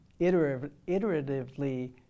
iteratively